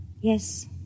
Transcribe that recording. Yes